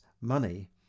money